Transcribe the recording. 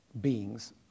beings